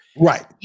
Right